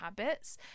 habits